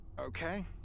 Okay